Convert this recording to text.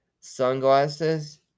sunglasses